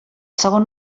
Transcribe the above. segon